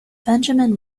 benjamin